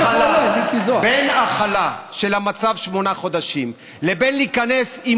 בין הכלה של המצב שמונה חודשים לבין להיכנס עם